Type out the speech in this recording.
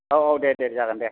औ औ दे दे जागोन दे